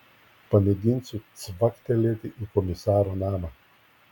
pamėginsiu cvaktelėti į komisaro namą